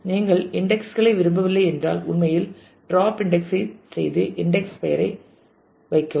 நீங்கள் இன்டெக்ஸ்களை விரும்பவில்லை என்றால் உண்மையில் ட்ராப் இன்டெக்ஸ் ஐ செய்து இன்டெக்ஸ் பெயரை வைக்கவும்